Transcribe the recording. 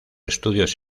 estudios